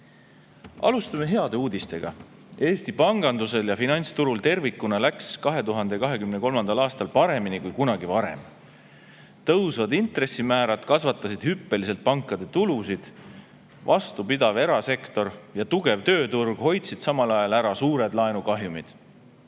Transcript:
Alustame heade uudistega. Eesti pangandusel ja finantsturul tervikuna läks 2023. aastal paremini kui kunagi varem. Tõusvad intressimäärad kasvatasid hüppeliselt pankade tulusid. Vastupidav erasektor ja tugev tööturg hoidsid samal ajal ära suured laenukahjumid.